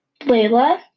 Layla